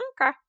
Okay